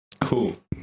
Cool